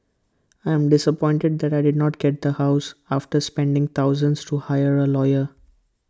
I am disappointed that I didn't get the house after spending thousands to hire A lawyer